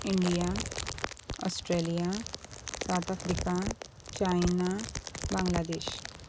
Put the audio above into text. India Australia South Africa China Bangladesh